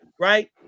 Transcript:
right